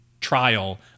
trial